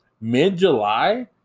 mid-July